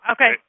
Okay